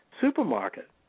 supermarket